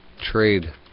trade